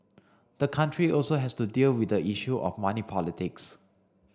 the country also has to deal with the issue of money politics